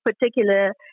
particular